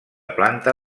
planta